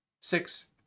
Six